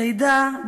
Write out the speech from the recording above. לידה,